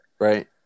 Right